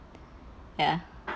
ya